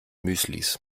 müslis